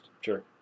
Sure